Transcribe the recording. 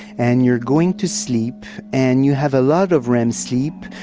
and you are going to sleep and you have a lot of rem sleep,